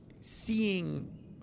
seeing